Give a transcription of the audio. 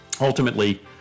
ultimately